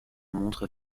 montre